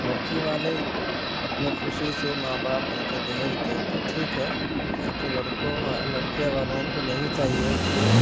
لڑکی والے اپنے خوشی سے ماں باپ ان کے جہیز دیں تو ٹھیک ہے نہیں تو لڑکوں وا لڑکیاں والوں کو نہیں چاہیے کہ وہ